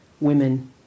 women